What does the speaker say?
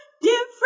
different